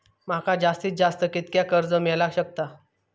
माका जास्तीत जास्त कितक्या कर्ज मेलाक शकता?